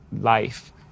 life